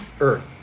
Earth